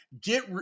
get